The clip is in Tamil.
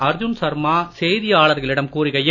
அர்ஜுன் சர்மா செய்தியாளர்களிடம் கூறுகையில்